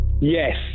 Yes